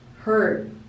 hurt